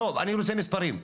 לא, אני רוצה מספרים.